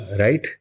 right